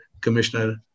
Commissioner